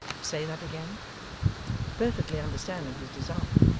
say that again perfectly understanding his desire,